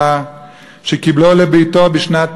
שקיבלו לביתו בשנת תש"ן,